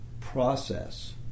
process